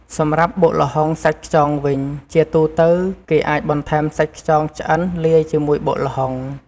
សម្រាប់បុកល្ហុងសាច់ខ្យងវិញ ជាទូទៅគេអាចបន្ថែមសាច់ខ្យងឆ្អិនលាយជាមួយបុកល្ហុង។